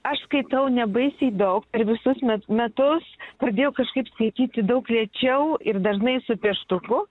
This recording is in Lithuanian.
aš skaitau ne baisiai daug per visus met metus pradėjau kažkaip skaityti daug lėčiau ir dažnai su pieštuku